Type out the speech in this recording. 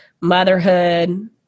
motherhood